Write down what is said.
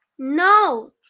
no